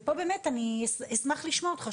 פה, באמת, אני אשמח לשמוע אותך.